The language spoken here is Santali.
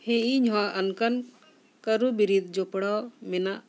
ᱦᱮᱸ ᱤᱧᱦᱚᱸ ᱟᱱᱠᱟᱱ ᱠᱟᱹᱨᱩ ᱵᱤᱨᱤᱫ ᱡᱚᱯᱲᱟᱣ ᱢᱮᱱᱟᱜ